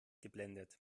geblendet